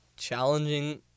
challenging